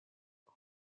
who